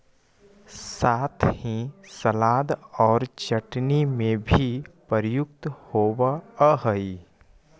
साथ ही सलाद और चटनी में भी प्रयुक्त होवअ हई